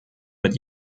mit